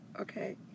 okay